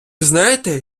знаєте